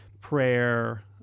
prayer